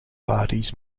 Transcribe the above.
parties